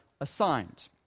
assigned